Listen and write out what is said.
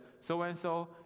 so-and-so